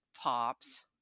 pops